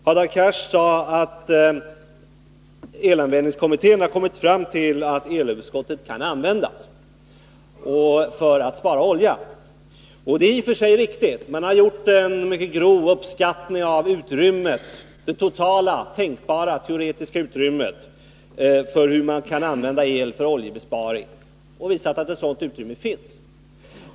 Hadar Cars sade att elanvändningskommittén kommit fram till att elöverskottet kan användas för att spara olja. Det är i och för sig riktigt. Man har gjort en mycket grov uppskattning av det totala, tänkbara, teoretiska utrymmet för hur man kan använda el i oljebesparande syfte. Man har visat att ett sådant utrymme finns.